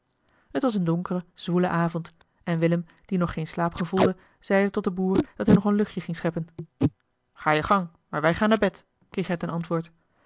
t was een donkere zwoele avond en willem die nog geen slaap gevoelde zeide tot den boer dat hij nog een luchtje ging scheppen ga je gang maar wij gaan naar bed kreeg hij ten antwoord